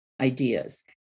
ideas